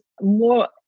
more